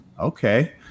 Okay